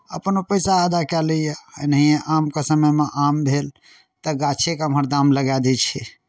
अपन पैसा अदा कए लैए एनाहिए आमके समयमे आम भेल तऽ गाछेके एम्हर दाम लगा दै छै